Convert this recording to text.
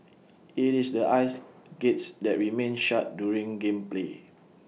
IT is the aisle gates that remain shut during game play